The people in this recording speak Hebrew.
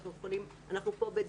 אנחנו פה,